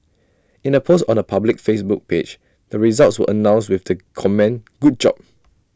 in A post on her public Facebook page the results were announced with the comment good job